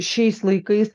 šiais laikais